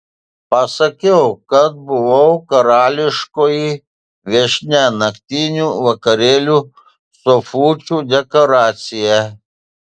pasakiau kad buvau karališkoji viešnia naktinių vakarėlių sofučių dekoracija